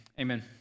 Amen